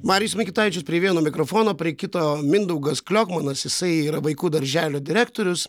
marijus mikutavičius prie vieno mikrofono prie kito mindaugas kliokmanas jisai yra vaikų darželio direktorius